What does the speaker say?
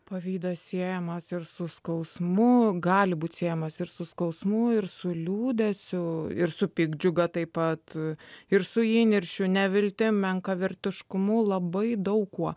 pavydas siejamas ir su skausmu gali būti siejamas ir su skausmu ir su liūdesiu ir su piktdžiuga taip pat ir su įniršiu neviltimi menkavertiškumu labai daug kuo